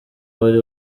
wari